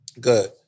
Good